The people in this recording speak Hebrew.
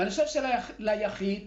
אני חושב שליחיד דאגו.